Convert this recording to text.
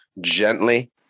gently